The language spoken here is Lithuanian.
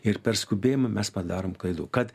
ir per skubėjimą mes padarom klaidų kad